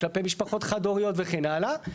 כלפי משפחות חד הוריות וכן הלאה.